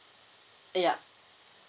ya